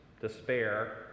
despair